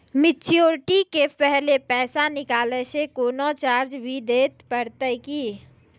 Maturity के पहले पैसा निकालै से कोनो चार्ज भी देत परतै की?